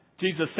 Jesus